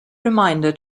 reminder